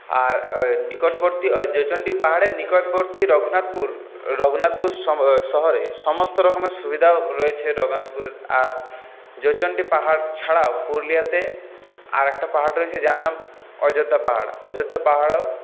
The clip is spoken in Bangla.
আর নিকটবর্তী ওই জয়চণ্ডী পাহাড়ের নিকটবর্তী রঘুনাথপুর রঘুনাথপুর শহরে সমস্ত রকমের সুবিধাও রয়েছে রঘুনাথপুর আর জয়চণ্ডী পাহাড় ছাড়াও পুরুলিয়াতে আর একটা পাহাড় রয়েছে যার নাম অযোধ্যা পাহাড় অযোধ্যা পাহাড়ও